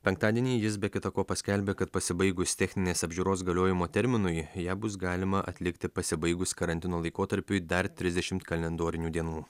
penktadienį jis be kita ko paskelbė kad pasibaigus techninės apžiūros galiojimo terminui ją bus galima atlikti pasibaigus karantino laikotarpiui dar trisdešimt kalendorinių dienų